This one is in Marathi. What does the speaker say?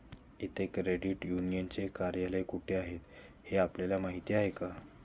येथे क्रेडिट युनियनचे कार्यालय कोठे आहे हे आपल्याला माहित आहे का?